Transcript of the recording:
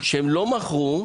שהם לא מכרו,